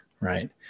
right